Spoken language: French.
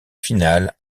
final